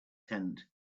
tent